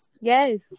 Yes